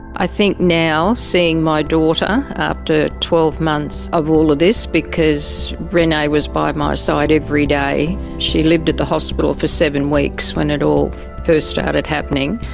i think now seeing my daughter after twelve months of all of this because renee was by my side every day, she lived at the hospital for seven weeks when it all first started happening,